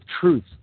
truth